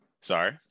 Sorry